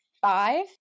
five